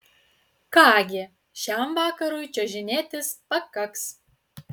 ką gi šiam vakarui čiuožinėtis pakaks